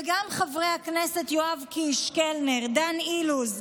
וגם חברי הכנסת יואב קיש, קלנר, דן אילוז.